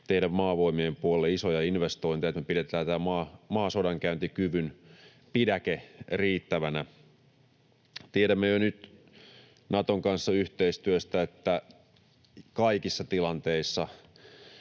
tehdä Maavoimien puolelle isoja investointeja, niin että pidetään maasodankäyntikyvyn pidäke riittävänä. Tiedämme jo nyt yhteistyöstä Naton kanssa, että kaikissa tilanteissa